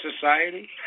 society